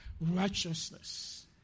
righteousness